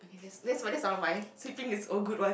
okay that's that's mine one of mine sleeping is old good one